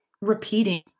repeating